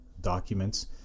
documents